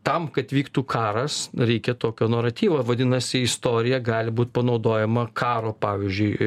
tam kad vyktų karas reikia tokio naratyvo vadinasi istorija gali būt panaudojama karo pavyzdžiui